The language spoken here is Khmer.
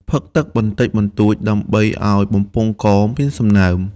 ផឹកទឹកបន្តិចបន្តួចដើម្បីឱ្យបំពង់កមានសំណើម។